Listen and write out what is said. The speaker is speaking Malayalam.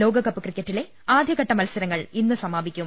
ലോക്കപ്പ് ക്രിക്കറ്റിലെ ആദ്യഘട്ടമത്സരങ്ങൾ ഇന്ന് സമാപി ക്കും